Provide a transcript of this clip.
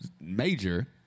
major